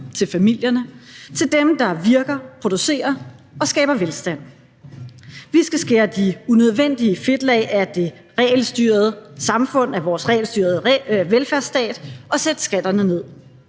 til familierne, til dem, der virker, producerer og skaber velstand. Vi skal skære de unødvendige fedtlag af det regelstyrede samfund, af vores regelstyrede velfærdsstat og sætte skatterne ned.